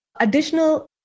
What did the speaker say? additional